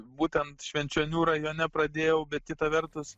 būtent švenčionių rajone pradėjau bet kita vertus